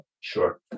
Sure